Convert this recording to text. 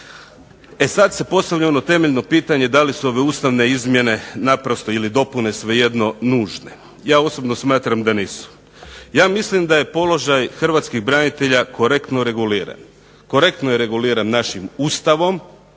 E sad se postavlja ono temeljno pitanje da li su ove ustavne izmjene naprosto ili dopune svejedno nužne. Ja osobno smatram da nisu. Ja mislim da je položaj hrvatskih branitelja korektno reguliran, korektno je reguliran našim Ustavom,